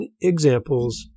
examples